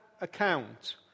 account